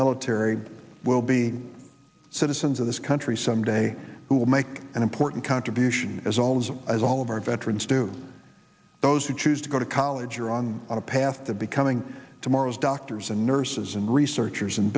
military will be citizens of this country some day who will make an important contribution as always as all of our veterans do those who choose to go to college here on a path to becoming tomorrow's doctors and nurses and researchers